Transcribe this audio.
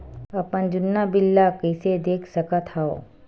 अपन जुन्ना बिल ला कइसे देख सकत हाव?